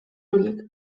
horiek